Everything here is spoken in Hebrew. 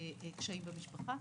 בקשיים במשפחה.